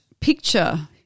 picture